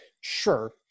Sure